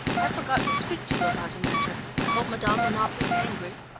i forgot to speak to you about a matter i hope madame will not be angry.